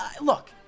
Look